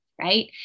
right